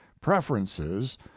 preferences